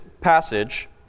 passage